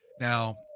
Now